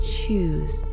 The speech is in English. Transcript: choose